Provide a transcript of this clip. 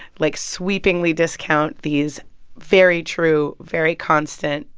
like, sweepingly discount these very true, very constant,